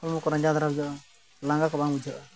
ᱦᱚᱲᱢᱚ ᱠᱚ ᱨᱟᱸᱡᱟᱣ ᱫᱷᱟᱨᱟ ᱵᱩᱡᱷᱟᱹᱜᱼᱟ ᱞᱟᱸᱜᱟ ᱠᱚ ᱵᱟᱝ ᱵᱩᱡᱷᱟᱹᱜᱼᱟ